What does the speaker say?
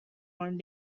one